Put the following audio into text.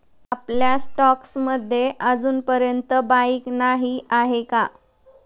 आपल्या स्टॉक्स मध्ये अजूनपर्यंत बाईक नाही आहे का?